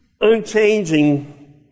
unchanging